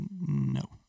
No